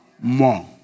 more